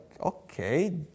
okay